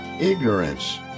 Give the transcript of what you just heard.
Ignorance